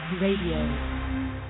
Radio